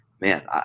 man